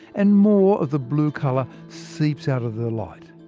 and more of the blue colour seeps out of the light.